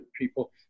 people